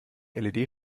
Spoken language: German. led